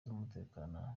z’umutekano